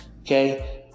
Okay